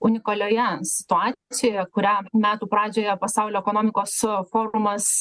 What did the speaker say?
unikalioje situacijoje kurią metų pradžioje pasaulio ekonomikos forumas